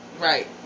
Right